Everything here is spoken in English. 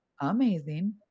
amazing